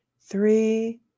three